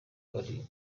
bari